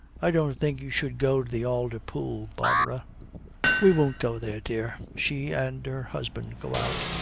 i don't think you should go to the alder pool, barbara we won't go there, dear she and her husband go out,